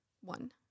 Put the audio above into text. one